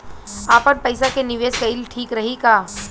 आपनपईसा के निवेस कईल ठीक रही का?